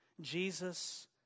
Jesus